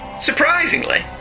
Surprisingly